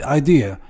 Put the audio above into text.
idea